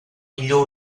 millor